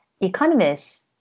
economists